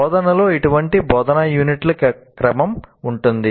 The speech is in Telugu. బోధనలో ఇటువంటి బోధనా యూనిట్ల క్రమం ఉంటుంది